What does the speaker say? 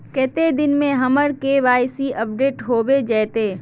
कते दिन में हमर के.वाई.सी अपडेट होबे जयते?